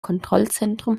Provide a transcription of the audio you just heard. kontrollzentrum